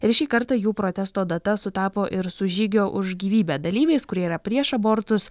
ir šį kartą jų protesto data sutapo ir su žygio už gyvybę dalyviais kurie yra prieš abortus